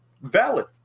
Valid